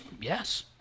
Yes